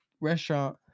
restaurant